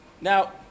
Now